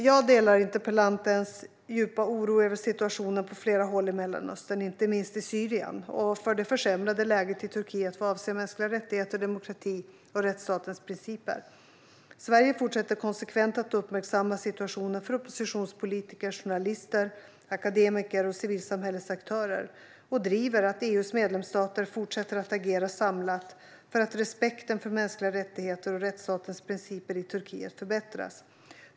Jag delar interpellantens djupa oro över situationen på flera håll i Mellanöstern, inte minst i Syrien, och över det försämrade läget i Turkiet vad avser mänskliga rättigheter, demokrati och rättsstatens principer. Sverige fortsätter konsekvent att uppmärksamma situationen för oppositionspolitiker, journalister, akademiker och civilsamhällesaktörer och driver att EU:s medlemsstater fortsätter att agera samlat för att respekten för mänskliga rättigheter och rättsstatens principer i Turkiet ska förbättras.